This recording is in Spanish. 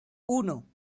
uno